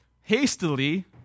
hastily